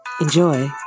Enjoy